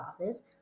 office